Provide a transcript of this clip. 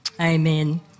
Amen